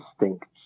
instincts